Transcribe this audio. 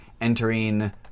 entering